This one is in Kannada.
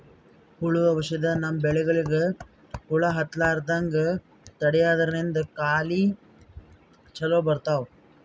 ಹುಳ್ದು ಔಷಧ್ ನಮ್ಮ್ ಬೆಳಿಗ್ ಹುಳಾ ಹತ್ತಲ್ಲ್ರದಂಗ್ ತಡ್ಯಾದ್ರಿನ್ದ ಕಾಯಿ ಚೊಲೋ ಬರ್ತಾವ್